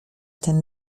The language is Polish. ten